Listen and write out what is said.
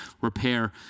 repair